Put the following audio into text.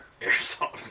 Airsoft